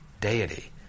deity